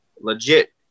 legit